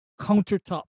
countertop